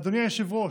אדוני היושב-ראש,